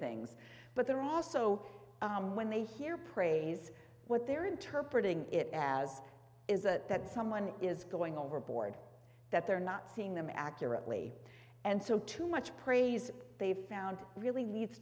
things but they're also when they hear praise what they're interpreted it as is that someone is going overboard that they're not seeing them accurately and so too much praise they found really needs